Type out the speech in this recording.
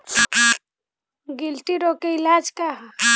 गिल्टी रोग के इलाज का ह?